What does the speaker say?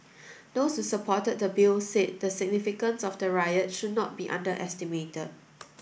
those who supported the Bill said the significance of the riot should not be underestimated